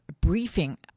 briefing